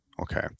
okay